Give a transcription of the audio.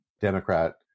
Democrat